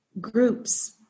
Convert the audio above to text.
Groups